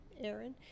Aaron